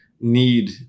need